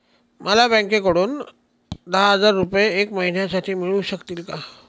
मला बँकेकडून दहा हजार रुपये एक महिन्यांसाठी मिळू शकतील का?